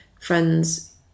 friends